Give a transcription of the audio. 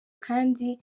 kandi